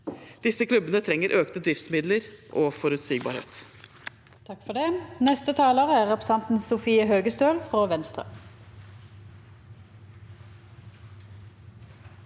Disse klubbene trenger økte driftsmidler og forutsigbarhet.